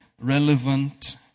relevant